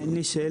אין לי שאלה,